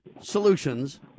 solutions